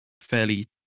fairly